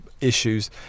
Issues